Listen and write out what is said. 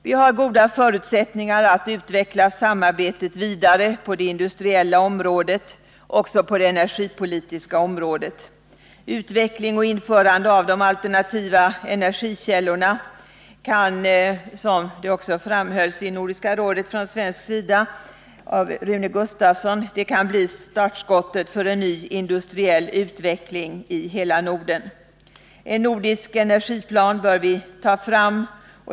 Vi har goda förutsättningar att utveckla samarbetet vidare både på det industriella området och på det energipolitiska området. Utveckling och införande av de alternativa energikällorna kan, som det vid Nordiska rådets session framhölls från svensk sida av Rune Gustavsson, bli startskottet för en ny industriell utveckling i hela Norden. En nordisk energiplan bör tas fram.